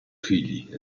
figli